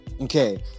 Okay